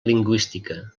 lingüística